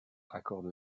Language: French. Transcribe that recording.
accorde